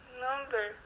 number